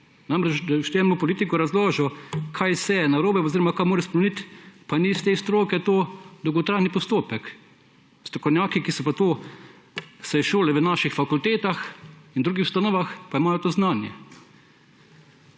Namreč, da boš ti enemu politiku razložil, kaj vse je narobe oziroma kaj mora spremeniti, pa ni iz te stroke, je to dolgotrajen postopek. Strokovnjaki, ki so pa se izšolali v naših fakultetah in drugih ustanovah, pa imajo to znanje.